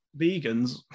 Vegans